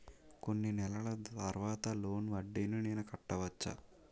కొన్ని నెలల తర్వాత లోన్ వడ్డీని నేను కట్టవచ్చా?